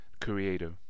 creator